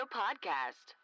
podcast